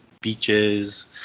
beaches